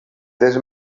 tens